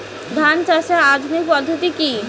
ধান চাষের আধুনিক পদ্ধতি কি?